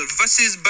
versus